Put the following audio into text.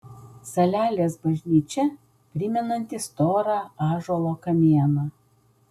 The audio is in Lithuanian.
salelės bažnyčia primenanti storą ąžuolo kamieną